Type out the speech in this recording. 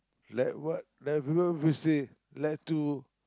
let what let everyone will say led to